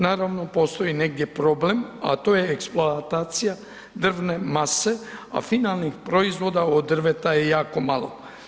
Naravno, postoji negdje problem a to je eksploatacija drvne mase a finalnih proizvoda od drveta je jako malo.